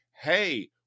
hey